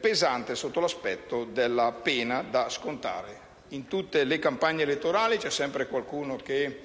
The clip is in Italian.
pesante sotto l'aspetto della pena da scontare. In tutte le campagne elettorali c'è sempre qualcuno che